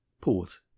Pause